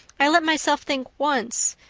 i let myself think once,